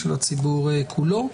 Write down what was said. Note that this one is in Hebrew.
של הציבור כולו.